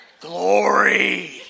Glory